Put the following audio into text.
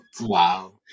Wow